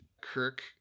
Kirk